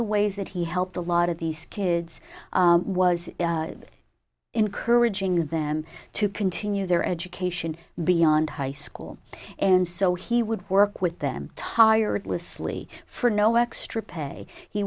the ways that he helped a lot of these kids was encouraging them to continue their education beyond high school and so he would work with them tired list slee for no extra pay he